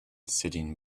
sitting